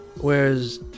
Whereas